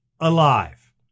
alive